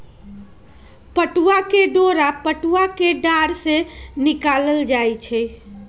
पटूआ के डोरा पटूआ कें डार से निकालल जाइ छइ